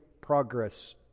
progress